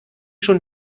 schon